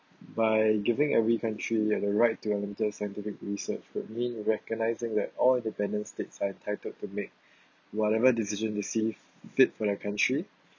by giving every country have the right to unlimited scientific research would mean recognizing that all independent states are entitled to make whatever decision they perceive did for their country